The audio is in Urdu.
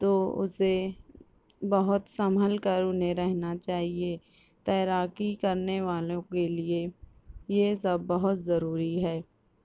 تو اسے بہت سنبھل کر انہیں رہنا چاہیے تیراکی کرنے والوں کے لیے یہ سب بہت ضروری ہے